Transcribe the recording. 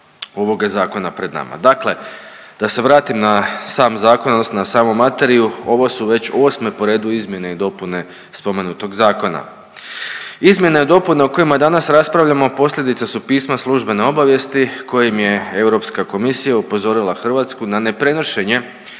ovoga zakona pred nama. Dakle, da se vratim na sam zakon odnosno na samu materiju ovo su već osme po redu izmjene i dopune spomenutog zakona. Izmjene i dopune o kojima danas raspravljamo posljedica su pisma službene obavijesti kojim je Europska komisija upozorila Hrvatsku na neprenošenje